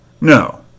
No